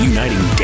Uniting